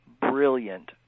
brilliant